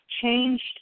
changed